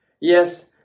Yes